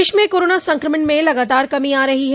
प्रदेश में कोरोना संक्रमण में लगातार कमी आ रही है